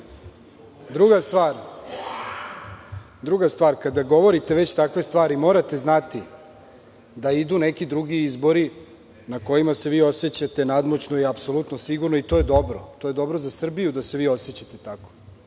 Druga stvar, kada govorite već takve stvari morate znati da idu neki drugi izbori na kojima se vi osećate nadmoćno i apsolutno sigurni i to je dobro. To je dobro za Srbiju da se vi osećate tako,